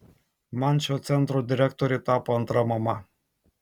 man šio centro direktorė tapo antra mama